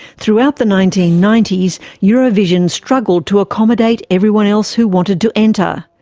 throughout the nineteen ninety s, eurovision struggled to accommodate everyone else who wanted to enter.